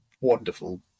wonderful